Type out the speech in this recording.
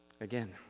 Again